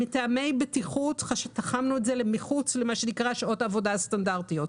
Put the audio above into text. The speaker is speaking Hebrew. מטעמי בטיחות תחמנו את זה אל מחוץ למה שנקרא שעות העבודה הסטנדרטיות.